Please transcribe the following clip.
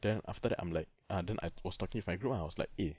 then after that I'm like ah then I was talking with my group my lah then I was like eh